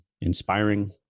inspiring